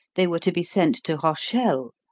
they were to be sent to rochelle.